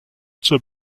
zur